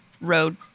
road